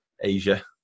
Asia